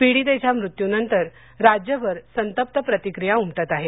पिडीतेच्या मृत्यूनंतर राज्यभर संतप्त प्रतिक्रिया उमटत आहेत